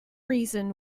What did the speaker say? reason